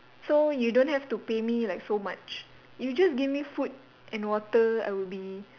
so you don't have to pay me like so much you just give me food and water I would be